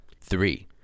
Three